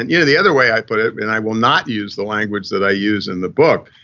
and you know the other way i put it and i will not use the language that i use in the book,